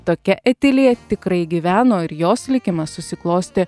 tokia etilija tikrai gyveno ir jos likimas susiklostė